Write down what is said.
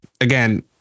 again